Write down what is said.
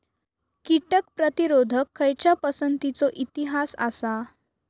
कीटक प्रतिरोधक खयच्या पसंतीचो इतिहास आसा?